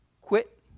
quit